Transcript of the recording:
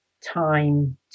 time